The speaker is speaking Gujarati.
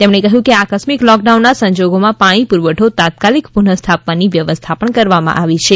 તેમણે કહ્યું કે આકસ્મિક લોકડાઉનના સંજોગોમાં પાણી પુરવઠો તાત્કાલિક પુનઃસ્થાપવાની વ્યવસ્થા પણ કરવામાં આવી છે